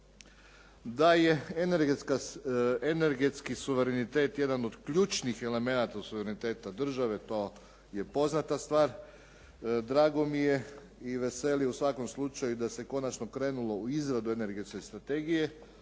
Da je energetski suverenitet jedan od ključnih elemenata suvereniteta države to je poznata stvar. Drago mi je i veseli u svakom slučaju da se končano krenulo u izradu energetske strategije.